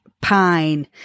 pine